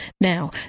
Now